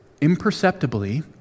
imperceptibly